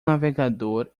navegador